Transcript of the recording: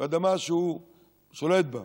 אדמה שהוא שולט בה.